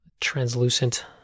translucent